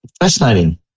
Fascinating